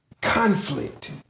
conflict